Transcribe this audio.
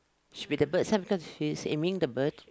should be the birds sometimes he's aiming the bird